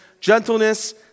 gentleness